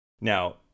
Now